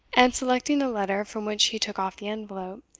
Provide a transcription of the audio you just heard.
and selecting a letter, from which he took off the envelope,